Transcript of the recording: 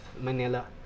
Manila